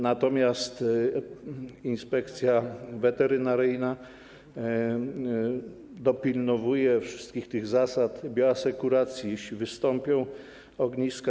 Natomiast inspekcja weterynaryjna dopilnowuje wszystkich zasad bioasekuracji, jeśli wystąpią ogniska.